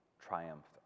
triumphed